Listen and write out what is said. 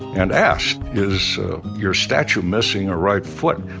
and asked, is your statue missing a right foot?